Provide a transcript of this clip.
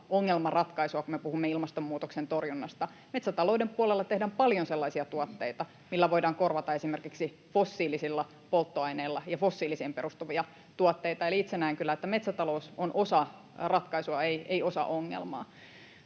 ongelmanratkaisua, kun me puhumme ilmastonmuutoksen torjunnasta. Metsätalouden puolella tehdään paljon sellaisia tuotteita, millä voidaan korvata esimerkiksi fossiilisia polttoaineita ja fossiilisiin perustuvia tuotteita. Eli itse näen kyllä, että metsätalous on osa ratkaisua, ei osa ongelmaa.